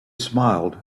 smiled